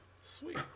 sweet